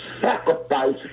sacrifice